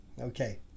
Okay